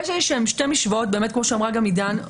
כמו שאמרה גם עידן,